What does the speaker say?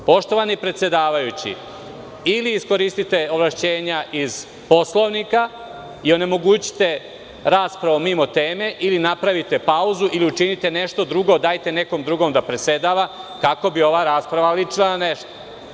Poštovani predsedavajući, ili iskoristite ovlašćenja iz Poslovnika i onemogućite raspravu mimo teme ili napravite pauzu ili učinite nešto drugo, dajte nekom drugom da predsedava kako bi ova rasprava ličila na nešto.